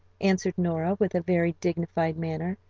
answered nora, with a very dignified manner.